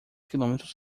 quilômetros